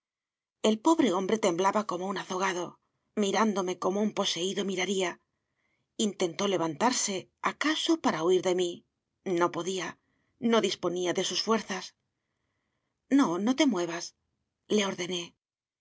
el pobre hombre temblaba como un azogado mirándome como un poseído miraría intentó levantarse acaso para huir de mí no podía no disponía de sus fuerzas no no te muevas le ordené